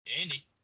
Andy